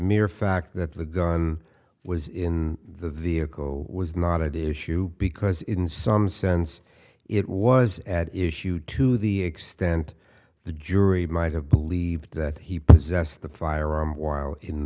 mere fact that the gun was in the vehicle was not it is you because in some sense it was at issue to the extent the jury might have believed that he possessed the firearm while in